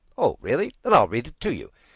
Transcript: oh, really? then i'll read it to you.